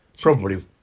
Probably-